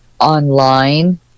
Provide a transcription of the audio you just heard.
online